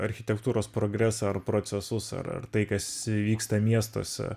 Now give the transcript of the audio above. architektūros progresą ar procesus ar ar tai kas vyksta miestuose